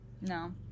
No